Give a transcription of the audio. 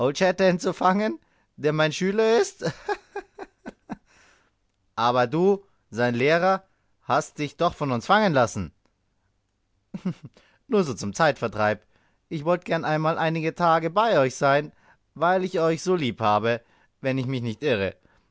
zu fangen der mein schüler ist hihihihi aber du sein lehrer hast dich doch von uns fangen lassen nur so zum zeitvertreib ich wollte gern einmal einige tage bei euch sein weil ich euch so lieb habe wenn ich mich nicht irre